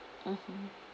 mm